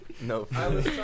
no